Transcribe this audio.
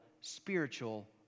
spiritual